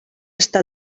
està